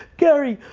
gary,